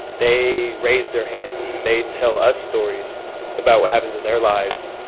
they raise their hands. they tell us stories about what happens in their lives.